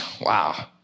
Wow